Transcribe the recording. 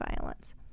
violence